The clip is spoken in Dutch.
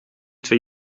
twee